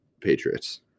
Patriots